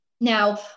Now